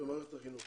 במערכת החינוך.